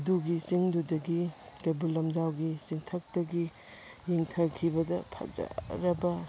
ꯑꯗꯨꯒꯤ ꯆꯤꯡꯗꯨꯗꯒꯤ ꯀꯩꯕꯨꯜ ꯂꯝꯖꯥꯎꯒꯤ ꯆꯤꯡꯊꯛꯇꯒꯤ ꯌꯦꯡꯊꯈꯤꯕꯗ ꯐꯖꯔꯕ